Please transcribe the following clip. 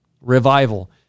revival